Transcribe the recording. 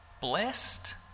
blessed